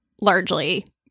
largely